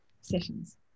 sessions